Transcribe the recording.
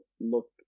look